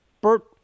Bert